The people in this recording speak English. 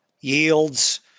yields